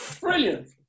brilliant